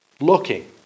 Looking